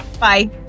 Bye